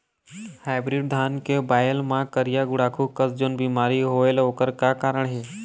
Hybrid धान के बायेल मां करिया गुड़ाखू कस जोन बीमारी होएल ओकर का कारण हे?